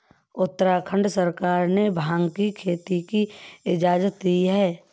उत्तराखंड सरकार ने भाँग की खेती की इजाजत दी है